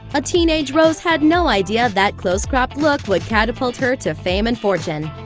a teenage rose had no idea that close-cropped look would catapult her to fame and fortune.